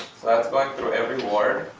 going through every word,